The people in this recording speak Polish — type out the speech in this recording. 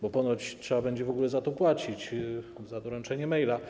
Bo ponoć trzeba będzie w ogóle za to płacić, za doręczenie maila.